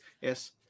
Yes